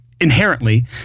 inherently